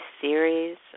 series